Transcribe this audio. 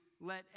let